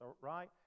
right